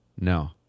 No